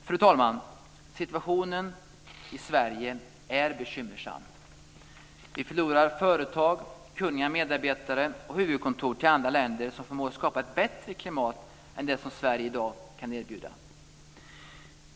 Fru talman! Situationen i Sverige är bekymmersam. Vi förlorar företag, kunniga medarbetare och huvudkontor till andra länder som förmår att skapa ett bättre klimat än det som Sverige i dag kan erbjuda.